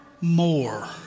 More